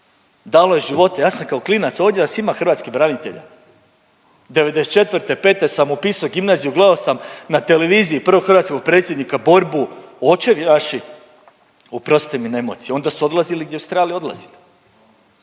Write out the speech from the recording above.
dalo je živote, ja sam kao klinac, ovdje vas ima hrvatskih branitelja, '94.-'5. sam upisao gimnaziju, gledao sam na televiziji prvog hrvatskog predsjednika, borbu, očevi vaši, oprostite mi na emociji, onda su odlazili gdje su trebali odlazit,